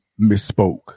misspoke